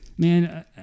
man